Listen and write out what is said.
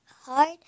hard